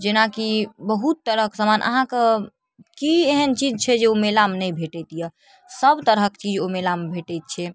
जेनाकि बहुत तरहके समान अहाँके कि एहन चीज छै जे ओ मेलामे नहि भेटैत अइ सबतरहके चीज ओहि मेलामे भेटै छै